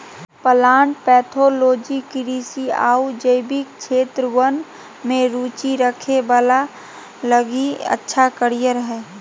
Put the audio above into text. plant pathology कृषि आऊ जैविक क्षेत्र वन में रुचि रखे वाला लगी अच्छा कैरियर हइ